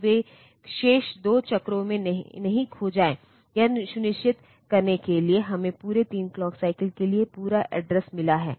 तो वे शेष 2 चक्रों में नहीं खो जाये यह सुनिश्चित करने के लिए कि हमें पूरे 3 क्लॉक साइकिल के लिए पूरा एड्रेस मिला है